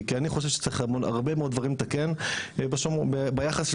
כי אני חושב שצריך הרבה מאוד דברים לתקן ביחס של